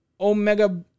omega